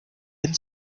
end